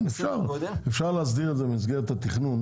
אפשר להסדיר את זה במסגרת התכנון